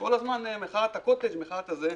כל הזמן מחאת הקוטג', מחאת הזה.